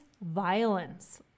violence